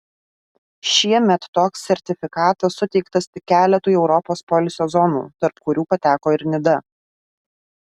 šiemet toks sertifikatas suteiktas tik keletui europos poilsio zonų tarp kurių pateko ir nida